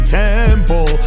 temple